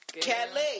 Kelly